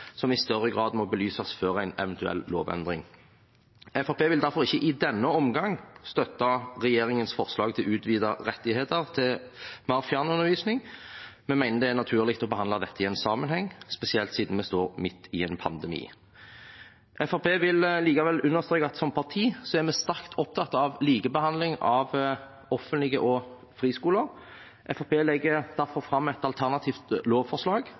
som i større grad må belyses før en eventuell lovendring. Fremskrittspartiet vil derfor ikke i denne omgang støtte regjeringens forslag til utvidede rettigheter til mer fjernundervisning. Vi mener det er naturlig å behandle dette i en sammenheng, spesielt siden vi står midt i en pandemi. Fremskrittspartiet vil likevel understreke at vi som parti er sterkt opptatt av likebehandling av offentlige skoler og friskoler. Fremskrittspartiet legger derfor fram et alternativt lovforslag,